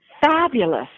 fabulous